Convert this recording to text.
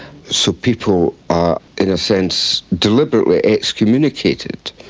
so people are, in a sense, deliberately excommunicated.